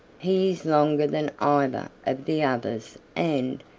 he is longer than either of the others and,